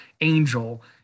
angel